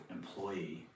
employee